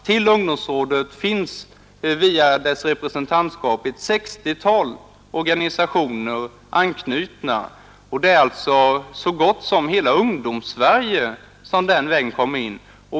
Till ungdomsrådet finns via dess representantskap ett 60-tal organisationer anknutna, och det är alltså så gott som hela Ungdomssverige som den vägen kommer in.